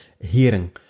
hearing